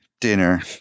dinner